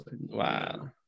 Wow